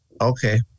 Okay